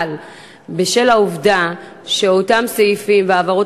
אבל בשל העובדה שאותם סעיפים והעברות